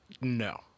No